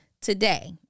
today